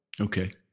Okay